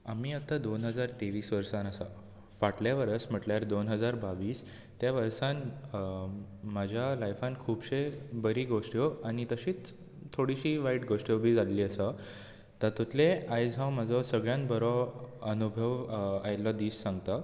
आमी आतां दोन हजार तेवीस वर्सान आसा फाटलें वर्स म्हटल्यार दोन हजार बावीस त्या वर्सान म्हज्या लाइफान खुबशे बरी गोश्ट्यो आनी तशेंच थोडीशीं वायट गोश्ट्यो बी जाल्ली आसा तातूंतले आयज हांव म्हजो सगल्यान बरो अनुभव आयल्लो दीस सांगता